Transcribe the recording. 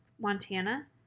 Montana